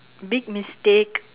big mistake